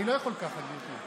אני לא יכול ככה, גברתי.